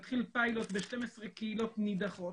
נתחיל פיילוט ב-12 קהילות נידחות,